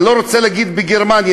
אני לא רוצה להגיד בגרמניה,